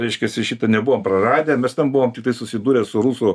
reiškiasi šita nebuvom praradę mes ten buvom tiktai susidūrę su rusų